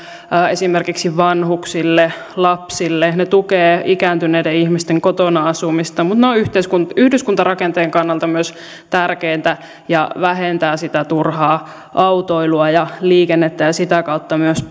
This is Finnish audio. esimerkiksi vanhuksille lapsille ne tukevat ikääntyneiden ihmisten kotona asumista mutta ne ovat yhdyskuntarakenteen kannalta myös tärkeitä ja vähentävät sitä turhaa autoilua ja liikennettä ja sitä kautta myös